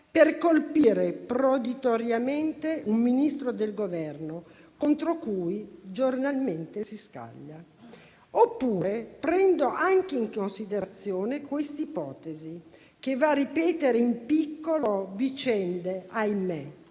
per colpire proditoriamente un Ministro del Governo contro cui giornalmente si scaglia; oppure prendo anche in considerazione una ipotesi che va a ripetere in piccolo vicende - ahimè